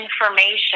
information